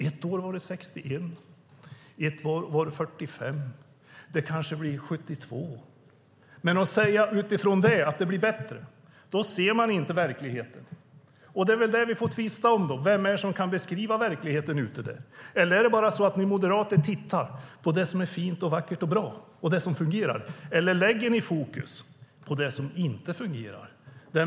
Ett år var det 61, och ett annat år var det 45. Det kanske blir 72. Men att utifrån det säga att det blir bättre betyder att man inte ser verkligheten. Det är väl det vi får tvista om: Vem är det som kan beskriva verkligheten där ute? Är det så att ni moderater bara tittar på det som är fint och vackert och bra och som fungerar, eller lägger ni fokus på det som inte fungerar?